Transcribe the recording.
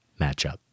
matchup